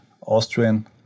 Austrian